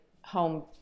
home